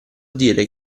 dire